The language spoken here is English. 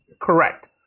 correct